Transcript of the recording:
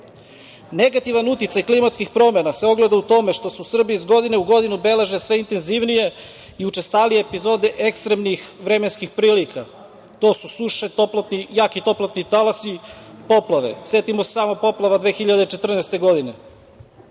snagama. Negativni uticaj klimatskih promena se ogleda u tome što Srbi iz godine u godinu beleže sve intenzivnije i učestalije epizode ekstremnih vremenskih prilika. To su suše, jaki toplotni talasi, poplave, setimo se samo poplava 2014. godine. Procene